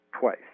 twice